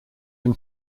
him